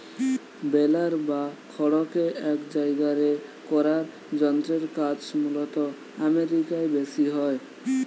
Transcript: বেলার বা খড়কে এক জায়গারে করার যন্ত্রের কাজ মূলতঃ আমেরিকায় বেশি হয়